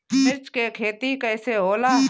मिर्च के खेती कईसे होला?